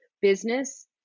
business